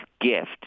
gift